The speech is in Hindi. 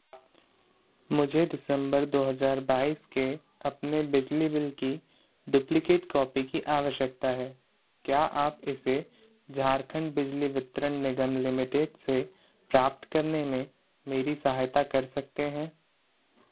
मुझे दिसंबर दो हज़ार बाईस के अपने बिजली बिल की डुप्लिकेट कॉपी की आवश्यकता है क्या आप इसे झारखंड बिजली वितरण निगम लिमिटेड से प्राप्त करने में मेरी सहायता कर सकते हैं